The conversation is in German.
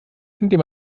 indem